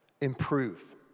improve